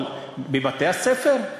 אבל בבתי-הספר?